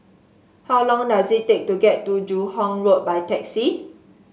how long does it take to get to Joo Hong Road by taxi